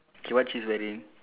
okay what she's wearing